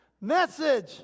message